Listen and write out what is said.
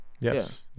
Yes